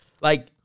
Like-